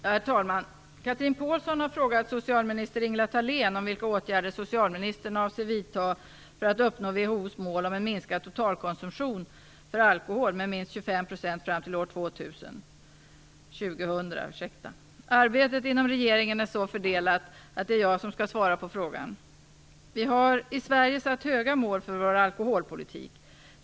Herr talman! Chatrine Pålsson har frågat socialminister Ingela Thalén om vilka åtgärder hon avser vidta för att uppnå WHO:s mål om en minskad totalkonsumtion av alkohol med minst 25 % fram till år 2000. Arbetet inom regeringen är så fördelat att det är jag som skall svara på frågan. Vi har i Sverige satt höga mål för vår alkoholpolitik.